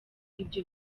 ibyo